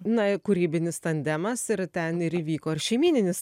na kūrybinis tandemas ir ten ir įvyko ir šeimyninis